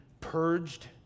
purged